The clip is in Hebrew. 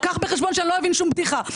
קח בחשבון שאני לא אבין שום בדיחה.